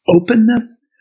openness